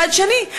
מצד שני,